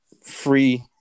free